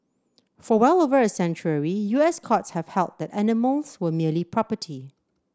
for well over a century U S courts have held that animals were merely property